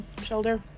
shoulder